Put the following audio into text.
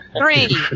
Three